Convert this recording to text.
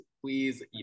Please